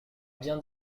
bien